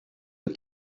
eux